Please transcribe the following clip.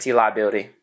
liability